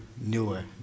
newer